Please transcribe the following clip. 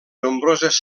nombroses